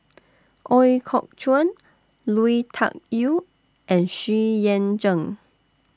Ooi Kok Chuen Lui Tuck Yew and Xu Yuan Zhen